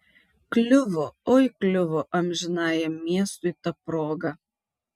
kliuvo oi kliuvo amžinajam miestui ta proga